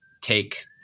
take